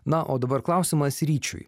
na o dabar klausimas ryčiui